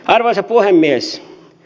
arvoisa puhemies